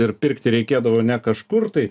ir pirkti reikėdavo ne kažkur tai